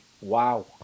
wow